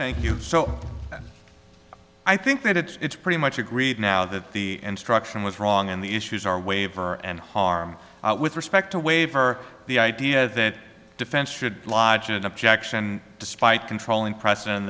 thank you so i think that it's pretty much agreed now that the instruction was wrong and the issues are waiver and harm with respect to waiver the idea that defense should lodge an objection despite controlling press and